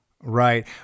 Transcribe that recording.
Right